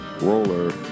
roller